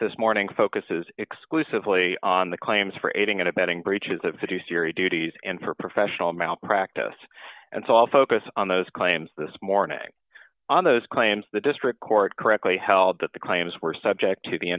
this morning focuses exclusively on the claims for aiding and abetting breaches of the two siri duties and for professional malpractise and so i'll focus on those claims this morning on those claims the district court correctly held that the claims were subject to